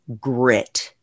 grit